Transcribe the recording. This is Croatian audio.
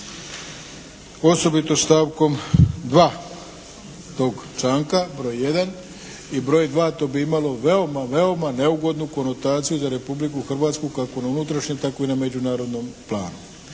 osobito stavkom 2. tog članka, broj jedan. I broj dva, to bi imalo veoma, veoma neugodnu konotaciju za Republiku Hrvatsku kako na unutrašnjem tako i na međunarodnom planu.